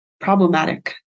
problematic